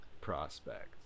Prospect